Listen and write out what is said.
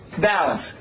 balance